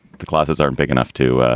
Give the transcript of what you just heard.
the cloth is aren't big enough to.